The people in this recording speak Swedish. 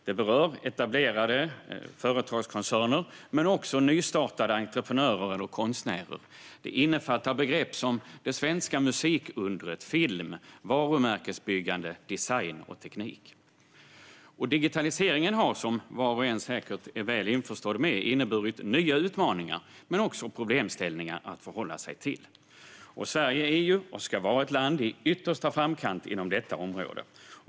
Det berör etablerade företagskoncerner men också nya entreprenörer eller konstnärer. Det innefattar begrepp som det svenska musikundret, film, varumärkesbyggande, design och teknik. Digitaliseringen har, som var och en säkert är väl införstådd med, inneburit nya utmaningar men också problemställningar att förhålla sig till. Sverige är och ska vara ett land i yttersta framkant inom detta område.